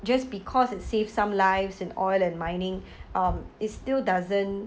just because it saves some lives in oil and mining um it still doesn't